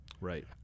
Right